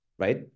Right